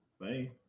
Bye